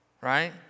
right